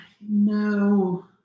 No